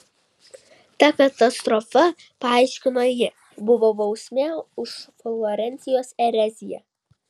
ta katastrofa paaiškino ji buvo bausmė už florencijos ereziją